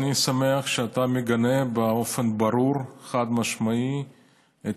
אני שמח שאתה מגנה באופן ברור וחד-משמעי את